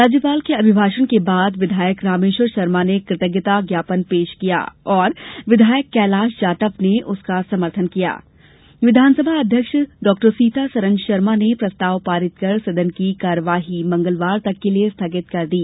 राज्यपाल के अभिभाषण के बाद विधायक रामेश्वर शर्मा ने कृ तज्ञता ज्ञापन पेश किया और विधायक कैलाश जाटव ने उसका समर्थन किया विधानसभा अध्यक्ष सीतासरण शर्मा ने प्रस्ताव पारित कर सदन की कार्यवाही मंगलवार तक के लिए स्थगित कर दी